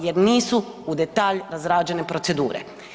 Jer nisu u detalj razrađene procedure.